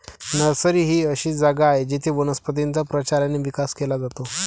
nursery ही अशी जागा आहे जिथे वनस्पतींचा प्रचार आणि विकास केला जातो